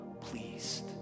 pleased